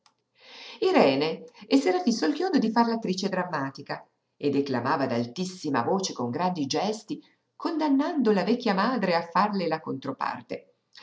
irene s'era fisso il chiodo di far l'attrice drammatica e declamava ad altissima voce con grandi gesti condannando la vecchia madre a farle la controparte